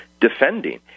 defending